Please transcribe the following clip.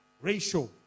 ratio